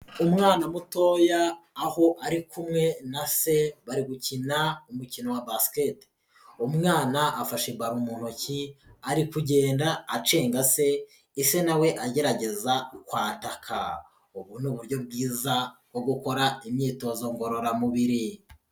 Umwana mutoya aho ari kumwe na se bari gukina umukino wa basket. Umwana afashe baro mu ntoki ari kugenda acenga se, ise na we agerageza kwataka. Ubu ni uburyo bwiza bwo gukora imyitozo ngororamubiri.